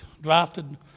drafted